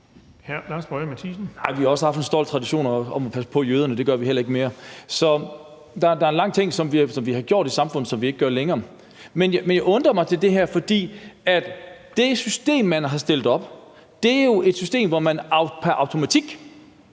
Vi har også haft en stolt tradition for at passe på jøderne, og det gør vi heller ikke mere. Så der er en lang række ting, vi har gjort i samfundet, som vi ikke gør længere. Men jeg undrer mig over det her, for det system, man har stillet op, er jo et system, hvor man pr. automatik